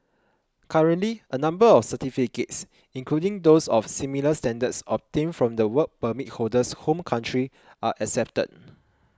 currently a number of certificates including those of similar standards obtained from the Work Permit holder's home country are accepted